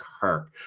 Kirk